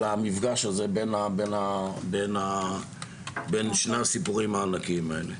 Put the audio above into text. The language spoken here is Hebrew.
של המפגש הזה בין שני הסיפורים הענקיים האלה.